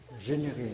générer